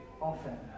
often